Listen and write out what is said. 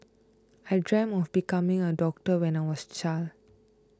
I dreamt of becoming a doctor when I was a child